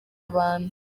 abantu